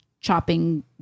chopping